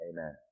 Amen